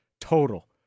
total